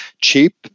cheap